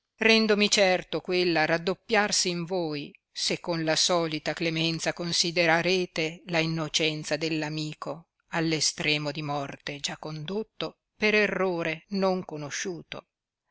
rendomi certo quella raddoppiarsi in voi se con la solita clemenza considerarete la innocenza dell'amico all'estremo di morte già condotto per errore non conosciuto